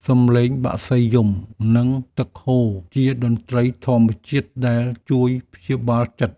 សំឡេងបក្សីយំ និងទឹកហូរ ជាតន្ត្រីធម្មជាតិដែលជួយព្យាបាលចិត្ត។